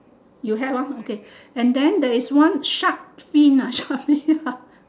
you have hor okay and then there is one shark fin ah shark fin ah